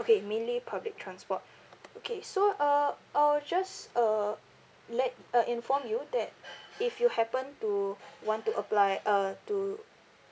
okay mainly public transport okay so uh I will just uh let uh inform you that if you happen to want to apply uh to